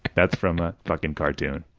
that's from a fucking cartoon.